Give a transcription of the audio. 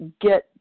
get